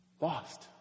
Lost